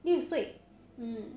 六岁 mm